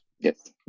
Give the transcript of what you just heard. Yes